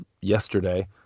yesterday